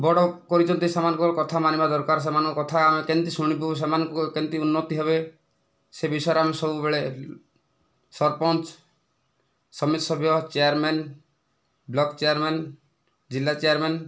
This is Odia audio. ବଡ଼ କରିଚନ୍ତି ସେମାନଙ୍କର କଥା ମାନିବା ଦରକାର ସେମାନଙ୍କ କଥା ଆମେ କେମିତି ଶୁଣିବୁ ସେମାନେ କେମିତି ଉନ୍ନତି ହେବେ ସେ ବିଷୟରେ ଆମେ ସବୁବେଳେ ସରପଞ୍ଚ ସମିତିସଭ୍ୟ ଚେୟାରମ୍ୟାନ ବ୍ଲକ ଚେୟାରମ୍ୟାନ ଜିଲ୍ଲା ଚେୟାରମ୍ୟାନ